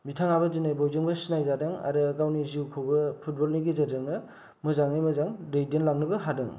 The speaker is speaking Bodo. बिथाङाबो दिनै बयजोंबो सिनाय जादों आरो गावनि जिउखौबो फुटबलनि गेजेरजोंनो मोजाङै मोजां दैदेनलांनोबो हादों